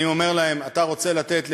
אתה רוצה לתת למישהי,